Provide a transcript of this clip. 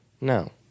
No